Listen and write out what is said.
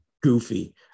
goofy